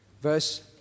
verse